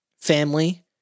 family